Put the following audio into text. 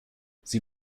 sie